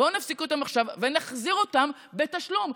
בואו נפסיק אותם עכשיו ונחזיר אותם בתשלום.